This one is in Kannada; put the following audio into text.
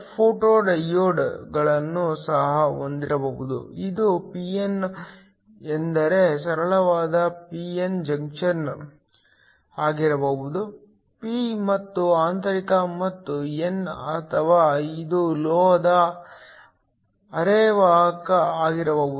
ಫೋಟೋ ಡಯೋಡ್ಗಳನ್ನು ಸಹ ಹೊಂದಿರಬಹುದು ಇದು ಪಿನ್ ಎಂದರೆ ಸರಳವಾದ ಪಿ ಎನ್ ಜಂಕ್ಷನ್ ಆಗಿರಬಹುದು ಪಿ ಮತ್ತು ಆಂತರಿಕ ಮತ್ತು ಎನ್ ಅಥವಾ ಇದು ಲೋಹದ ಅರೆವಾಹಕ ಆಗಿರಬಹುದು